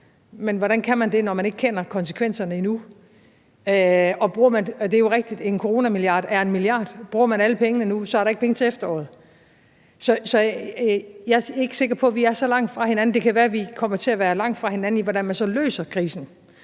men hvordan kan man det, når man ikke kender konsekvenserne endnu? Det er jo rigtigt, at en coronamilliard er en millard, og bruger man alle pengene nu, er der ikke penge til efteråret. Så jeg er ikke sikker på, at vi er så langt fra hinanden, men det kan være, vi kommer til at være langt fra hinanden i, hvordan man så løser krisen,